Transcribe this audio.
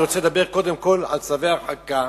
אני רוצה לדבר קודם כול על צווי הרחקה,